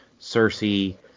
Cersei